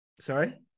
sorry